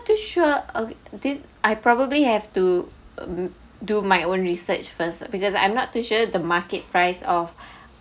too sure of this I probably have to do my own research first because I'm not too sure the market price of